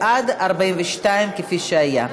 בעד, 42, כפי שהיה.